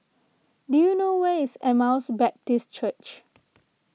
do you know where is Emmaus Baptist Church